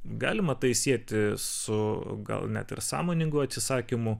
galima tai sieti su gal net ir sąmoningu atsisakymu